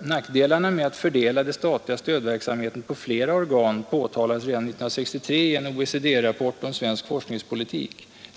”Nackdelarna med att fördela den statliga stödverksamheten på flera organ påtalades redan 1963 i en OECD-rapport om svensk forskningspolitik.